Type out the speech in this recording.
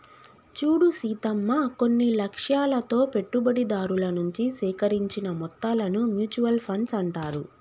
చూడు సీతమ్మ కొన్ని లక్ష్యాలతో పెట్టుబడిదారుల నుంచి సేకరించిన మొత్తాలను మ్యూచువల్ ఫండ్స్ అంటారు